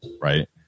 right